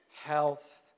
health